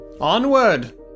Onward